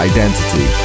Identity